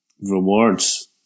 rewards